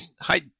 hi